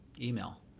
email